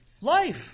Life